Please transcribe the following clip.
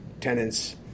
tenants